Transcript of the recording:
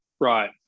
Right